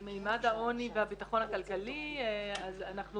(היו"ר מירב בן ארי) במימד העוני והביטחון הכלכלי אז אנחנו